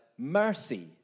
Mercy